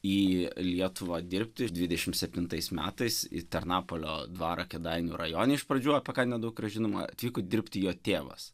į lietuvą dirbti ir dvidešimt septintais metais į tarnapolio dvarą kėdainių rajone iš pradžių apie ką nedaug yra žinoma atvyko dirbti jo tėvas